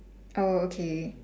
oh okay